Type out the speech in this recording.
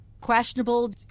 questionable